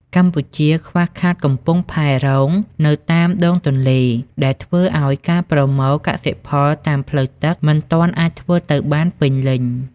កម្ពុជាខ្វះខាត "កំពង់ផែរង" នៅតាមដងទន្លេ ដែលធ្វើឱ្យការប្រមូលកសិផលតាមផ្លូវទឹកមិនទាន់អាចធ្វើទៅបានពេញលេញ។